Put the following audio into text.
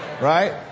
right